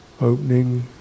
opening